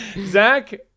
Zach